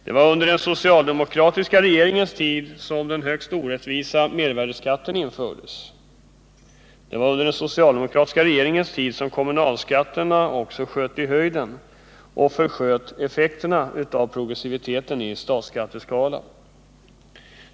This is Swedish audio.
Det var under den socialdemokratiska regeringens tid som den högst orättvisa mervärdeskatten infördes. Det var under den socialdemokratiska regeringens tid som kommunalskatterna sköt i höjden och försköt effekterna av progressiviteten i skatteskalan.